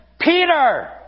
Peter